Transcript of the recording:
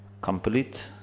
complete